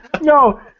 No